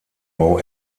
bau